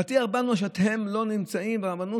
להטיח בנו שאנחנו לא נמצאים ברבנות